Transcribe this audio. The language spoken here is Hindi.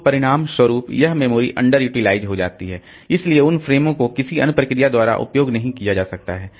तो परिणामस्वरूप यह मेमोरी अंडर यूटिलाइज हो जाती है इसलिए उन फ़्रेमों को किसी अन्य प्रोसेस द्वारा उपयोग नहीं किया जा सकता है